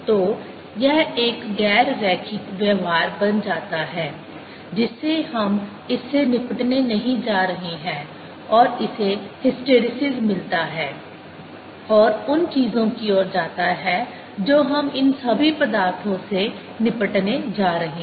तो यह एक गैर रैखिक व्यवहार बन जाता है जिससे हम इससे निपटने नहीं जा रहे हैं और इससे हिस्टैरिसीसc मिलता है और उन चीजों की ओर जाता है जो हम इन सभी पदार्थों से निपटने जा रहे हैं